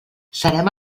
serem